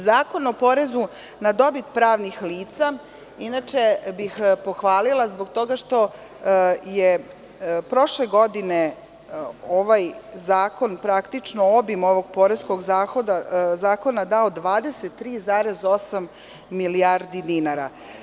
Zakon o porezu na dobit pravnih lica inače bih pohvalila zbog toga što je prošle godine ovaj zakon praktično obim ovog poreskog zakona dao 23,8 milijardi dinara.